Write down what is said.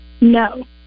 No